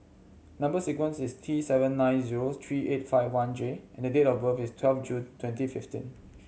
number sequence is T seven nine zero three eight five one J and the date of birth is twelve June twenty fifteen